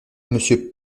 monsieur